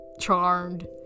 charmed